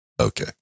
Okay